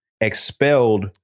expelled